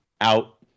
out